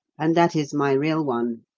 and that is my real one.